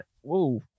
Whoa